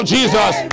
Jesus